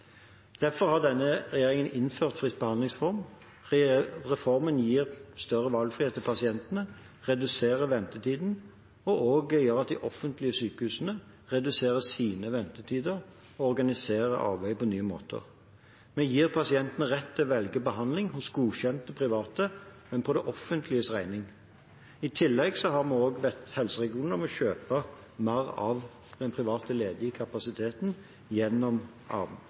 Derfor har denne regjeringen innført fritt behandlingsvalg. Reformen gir større valgfrihet for pasientene og gjør at de offentlige sykehusene reduserer sine ventetider og organiserer arbeidet på nye måter. Vi gir pasientene rett til å velge behandling hos godkjente private, men på det offentliges regning. I tillegg har vi bedt helseregionene om å kjøpe mer av den private, ledige kapasiteten gjennom